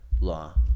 law